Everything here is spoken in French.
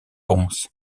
pons